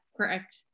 correct